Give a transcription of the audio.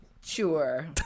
Sure